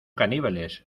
caníbales